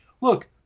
look